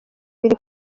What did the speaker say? biri